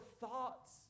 thoughts